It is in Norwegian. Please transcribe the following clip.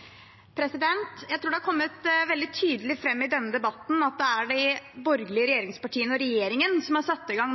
denne debatten at det er de borgerlige regjeringspartiene og regjeringen som nå har satt i gang